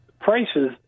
prices